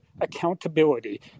accountability